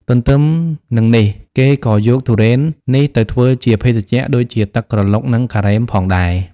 ទន្ទឹមនឹងនេះគេក៏យកទុរេននេះទៅធ្វើជា ភេសជ្ជៈដូចជាទឹកក្រឡុក និងការ៉េមផងដែរ។